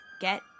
get